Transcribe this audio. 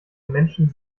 menschen